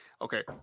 okay